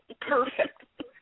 Perfect